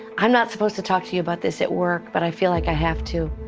i'm not supposed to talk to you about this at work, but i feel like i have to.